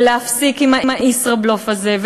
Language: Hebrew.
להפסיק את הישראבלוף הזה,